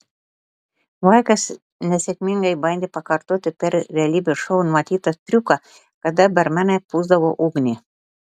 vaikas nesėkmingai bandė pakartoti per realybės šou matytą triuką kada barmenai pūsdavo ugnį